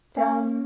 dum